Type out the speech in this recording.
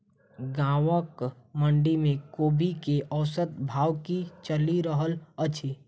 गाँवक मंडी मे कोबी केँ औसत भाव की चलि रहल अछि?